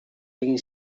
egin